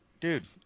Dude